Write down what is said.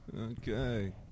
Okay